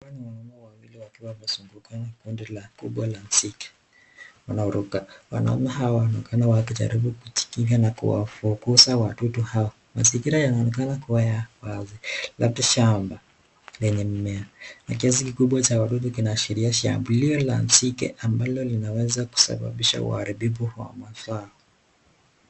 Wanaume wawili wakiwa wamezungukwa na kundi kubwa la misitu, wanaume hawa wanaonekana wakijaribu kujikinga na kuwafukuza wadudu hao. Mazingira yanaonekana kuwa wazi labda shamba lenye mimea. Ni kiasi kibubwa cha wadudu kinachoashiria la nzige ambalo linaweza kusababisha uharibifu wa mazao.